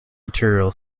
material